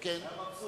היה מבסוט,